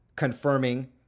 confirming